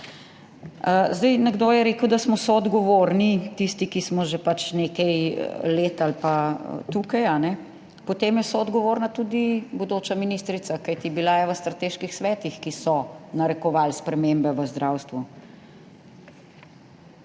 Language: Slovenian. Zdaj, nekdo je rekel, da smo soodgovorni tisti, ki smo že pač nekaj let ali pa tukaj, a ne. Potem je soodgovorna tudi bodoča ministrica, kajti bila je v strateških svetih, ki so narekovali spremembe v zdravstvu.